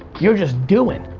you're just doing.